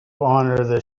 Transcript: honor